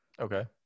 okay